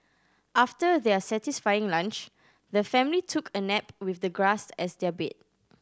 after their satisfying lunch the family took a nap with the grass as their bed